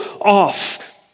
off